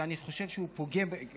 ואני חושב שהכמות